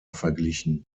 verglichen